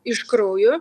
iš kraujo